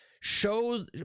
Show